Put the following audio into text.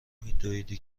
میدویدی